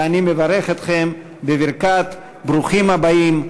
ואני מברך אתכם בברכת ברוכים הבאים.